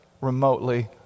remotely